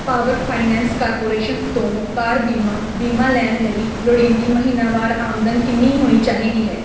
power finance corporation ਤੋਂ car ਬੀਮਾ ਬੀਮਾ ਲੈਣ ਲਈ ਲੋੜੀਂਦੀ ਮਹੀਨਾਵਾਰ ਆਮਦਨ ਕਿੰਨੀ ਹੋਣੀ ਚਾਹੀਦੀ ਹੈ